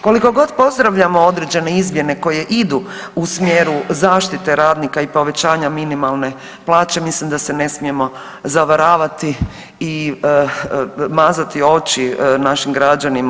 Koliko god pozdravljamo određene izmjene koje idu u smjeru zaštite radnika i povećanja minimalne plaće, mislim da se ne smijemo zavaravati i mazati oči našim građanima.